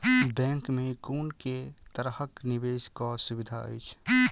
Bank मे कुन केँ तरहक निवेश कऽ सुविधा अछि?